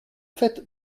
fait